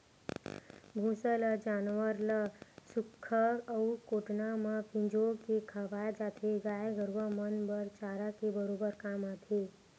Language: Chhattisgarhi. भूसा ल जानवर ल सुख्खा अउ कोटना म फिंजो के खवाय जाथे, गाय गरुवा मन बर चारा के बरोबर काम आथे